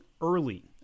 early